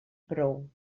prou